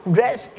rest